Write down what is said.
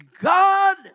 God